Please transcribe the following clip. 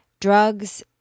drugs